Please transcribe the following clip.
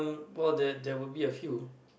about that there will be a few